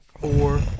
four